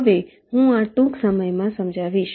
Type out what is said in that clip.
હવે હું આ ટૂંક સમયમાં સમજાવીશ